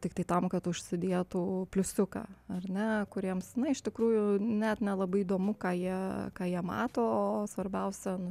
tiktai tam kad užsidėtų pliusiuką ar ne kuriems na iš tikrųjų net nelabai įdomu ką jie ką jie mato o svarbiausia